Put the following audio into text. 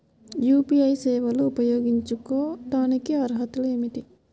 UPI సేవలు ఉపయోగించుకోటానికి అర్హతలు ఏమిటీ?